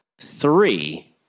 three